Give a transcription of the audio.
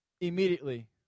Immediately